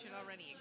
already